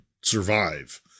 survive